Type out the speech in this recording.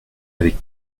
avec